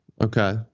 okay